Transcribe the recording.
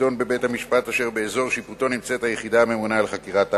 ידון בית-המשפט אשר באזור שיפוטו נמצאת היחידה הממונה על חקירת העבירה.